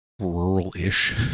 rural-ish